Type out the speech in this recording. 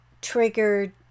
triggered